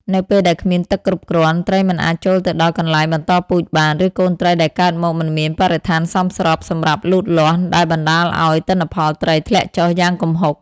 នៅពេលដែលគ្មានទឹកគ្រប់គ្រាន់ ត្រីមិនអាចចូលទៅដល់កន្លែងបន្តពូជបាន ឬកូនត្រីដែលកើតមកមិនមានបរិស្ថានសមស្របសម្រាប់លូតលាស់ ដែលបណ្តាលឱ្យ ទិន្នផលត្រីធ្លាក់ចុះយ៉ាងគំហុក។